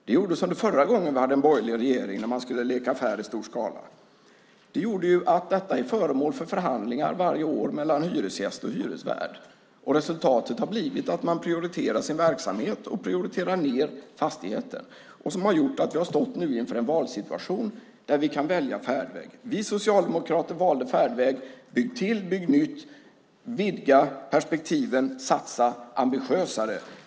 Det gjordes förra gången vi hade en borgerlig regering, när den skulle leka affär i stor skala. Det gjorde att detta är föremål för förhandlingar varje år mellan hyresgäst och hyresvärd. Resultatet har blivit att man prioriterar sin verksamhet och inte fastigheten. Detta har gjort att vi nu har stått inför en valsituation där vi kan välja färdväg. Vi socialdemokrater valde färdvägen att bygga till, bygga nytt, vidga perspektiven och satsa ambitiösare.